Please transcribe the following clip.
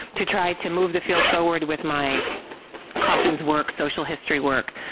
to try to move the field forward with my coffins work, social history work,